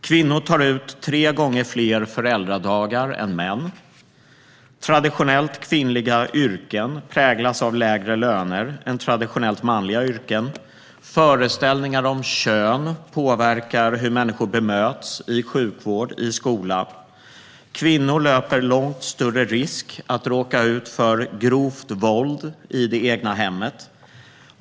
Kvinnor tar ut tre gånger fler föräldradagar än män. Traditionellt kvinnliga yrken präglas av lägre löner än traditionellt manliga yrken. Föreställningar om kön påverkar hur människor bemöts i sjukvård och skola. Kvinnor löper långt större risk att råka ut för grovt våld i det egna hemmet.